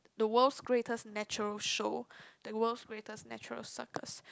the world's greatest natural show the world's greatest natural circus